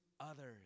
others